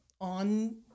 on